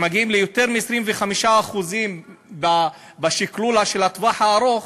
כשמגיעים ליותר מ-25% בשקלול של הטווח הארוך,